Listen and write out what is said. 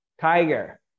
tiger